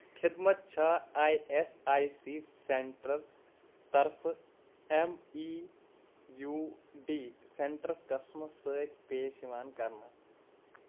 خدمت چھا I S I C centre طرفہٕ M E U D centre قسمہٕ سۭتۍ پیش یِوان کرنہٕ